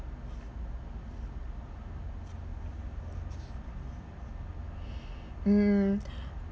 mm